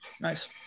Nice